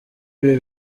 ibi